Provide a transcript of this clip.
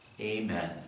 Amen